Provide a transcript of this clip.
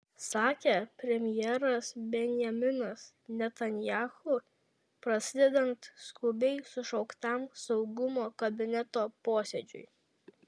sakė premjeras benjaminas netanyahu prasidedant skubiai sušauktam saugumo kabineto posėdžiui